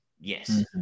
Yes